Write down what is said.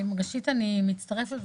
ראשית אני מצטרפת.